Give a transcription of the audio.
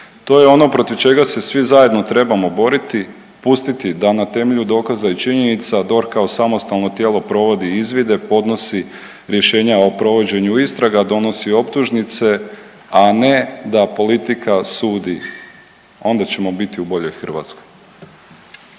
To je ono protiv čega se svi zajedno trebamo boriti, pustiti da na temelju dokaza i činjenica DORH kao samostalno tijelo provodi izvide, podnosi rješenja o provođenju istraga, donosi optužnice, a ne da politika sudi. Onda ćemo biti u boljoj Hrvatskoj.